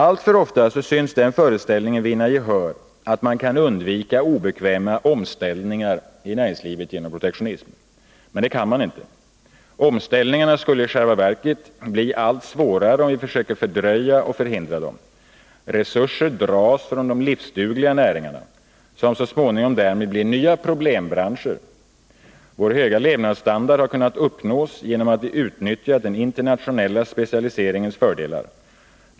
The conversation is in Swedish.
Alltför ofta syns den föreställningen vinna gehör att man kan undvika obekväma omställningar i näringslivet genom protektionism, men det kan maninte. Omställningarna skulle i själva verket bli allt svårare om vi försöker fördröja och förhindra dem. Resurser dras från de livsdugliga näringarna, som så småningom därmed blir nya problembranscher. Vår höga levnadsstandard har kunnat uppnås genom att vi utnyttjat den internationella specialiseringens fördelar.